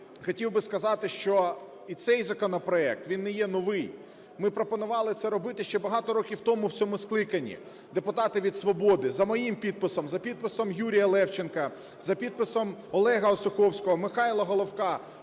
хотів би сказати, що цей законопроект він не є новий. Ми пропонували це робити ще багато років тому в цьому скликанні. Депутати від "Свободи", за моїм підписом, за підписом Юрія Левченка, за підписом Олега Осуховського, Михайла Головка,